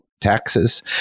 taxes